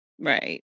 Right